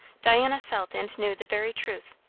diana felt and knew the very truth,